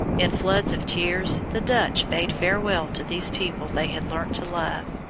in floods of tears the dutch bade farewell to these people they had learnt to love,